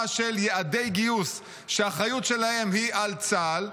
של יעדי גיוס שהאחריות להם היא על צה"ל,